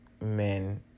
men